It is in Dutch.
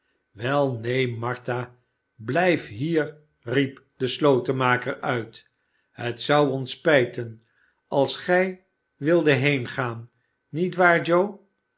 neen martha blijf hier riep de slotenmaker uit het zou ons spijten als gij wildet heengaan niet waar joe